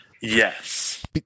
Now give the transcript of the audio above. Yes